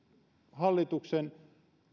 hallituksen